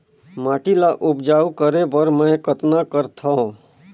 माटी ल उपजाऊ करे बर मै कतना करथव?